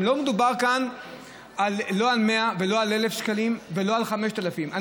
לא מדובר כאן לא על 100 שקלים ולא על 1,000 שקלים ולא על 5,000 שקלים,